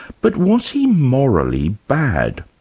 but was he morally bad?